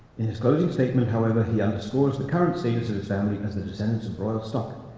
in his closing statement, however, he underscores the current status of his family as the descendants of royal stock.